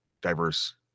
diverse